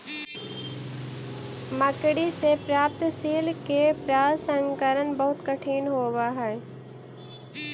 मकड़ि से प्राप्त सिल्क के प्रसंस्करण बहुत कठिन होवऽ हई